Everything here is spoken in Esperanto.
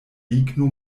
ligno